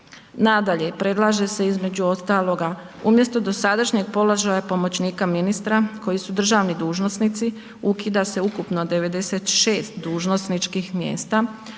Nadalje, predlaže se između ostaloga umjesto dosadašnjeg položaja pomoćnika ministra koji su državni dužnosnici ukida se ukupno 96 dužnosničkih mjesta,